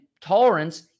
tolerance